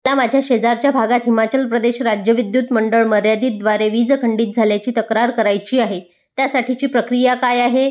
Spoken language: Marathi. मला माझ्या शेजारच्या भागात हिमाचल प्रदेश राज्य विद्युत मंडळ मर्यादित द्वारे वीज खंडित झाल्याची तक्रार करायची आहे त्यासाठीची प्रक्रिया काय आहे